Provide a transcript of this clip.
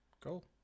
cool